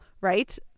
right